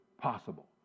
possible